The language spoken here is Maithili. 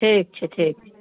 ठीक छै ठीक छै